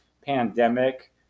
pandemic